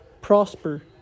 prosper